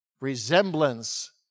resemblance